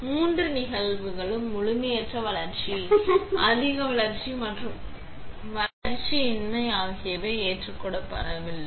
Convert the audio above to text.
எனவே இந்த 3 நிகழ்வுகளும் முழுமையற்ற வளர்ச்சி அதிக வளர்ச்சி மற்றும் வளர்ச்சியின்மை ஆகியவை ஏற்றுக்கொள்ளப்படவில்லை